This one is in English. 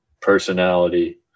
personality